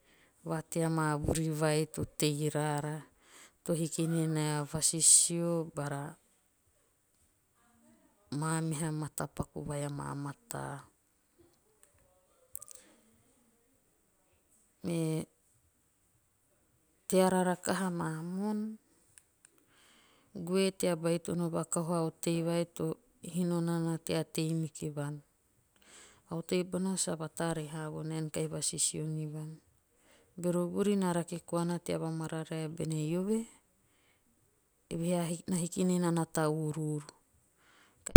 Va tea maa vuri vai to tei raara. to hiki ni nea vasisio bara maa meha matapaku vai amaa mataa. Me teara rakaha maa moon. goe tea baitono vakahu a otei vai tohino nana tea tei mikiu vuan. A otei bona sa vatare haa vonaen kahi vasisio niuvuan. Bero vuri kahi rake koana tea va mararae bene eve. eve ne a hiki. na hiki ninana ta ururu.